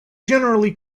generally